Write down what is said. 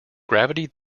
gravity